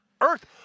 earth